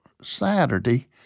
Saturday